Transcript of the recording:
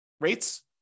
rates